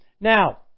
Now